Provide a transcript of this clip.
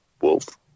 wolf